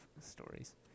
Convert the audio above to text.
stories